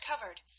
COVERED